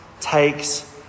takes